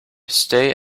stay